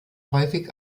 häufig